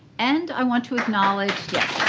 and i want to acknowledge yes.